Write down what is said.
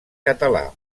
català